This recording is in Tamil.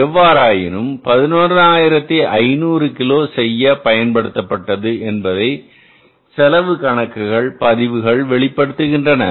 எவ்வாறாயினும் 11500 கிலோ செய்ய பயன்படுத்தப்பட்டது என்பதை செலவு கணக்குகள் பதிவுகள் வெளிப்படுத்துகின்றன